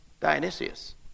Dionysius